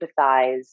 empathize